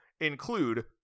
include